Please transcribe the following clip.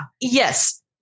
yes